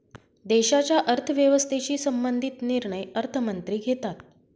देशाच्या अर्थव्यवस्थेशी संबंधित निर्णय अर्थमंत्री घेतात